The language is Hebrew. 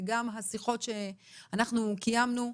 וגם השיחות שאנחנו קיימנו,